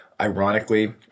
Ironically